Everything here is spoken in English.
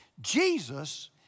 Jesus